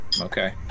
Okay